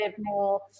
more